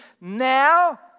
now